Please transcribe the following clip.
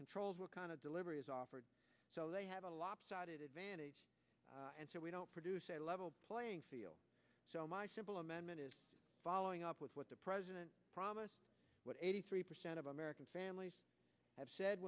controls what kind of delivery is offered so they have a lopsided advantage and so we don't produce a level playing field so my simple amendment is following up with what the president promised what eighty three percent of american families have said